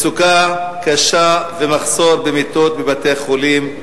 מצוקה קשה ומחסור במיטות בבתי-חולים,